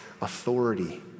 authority